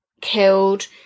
killed